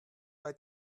bei